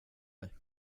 dig